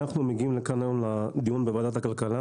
אנחנו מגיעים לכאן היום לדיון בוועדת הכלכלה